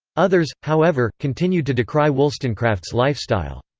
others, however, continued to decry wollstonecraft's lifestyle.